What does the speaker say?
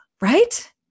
Right